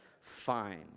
fine